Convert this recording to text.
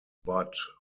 but